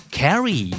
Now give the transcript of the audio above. carry